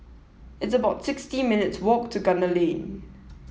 it's about sixty minutes' walk to Gunner Lane